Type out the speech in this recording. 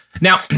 Now